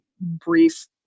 brief